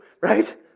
Right